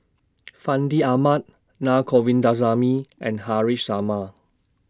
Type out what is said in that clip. Fandi Ahmad Na Govindasamy and Haresh Sharma